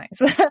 nice